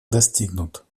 достигнут